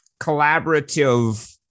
collaborative